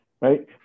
right